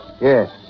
Yes